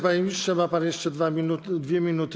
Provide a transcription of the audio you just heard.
Panie ministrze, ma pan jeszcze 2 minuty.